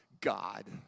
God